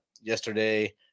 Yesterday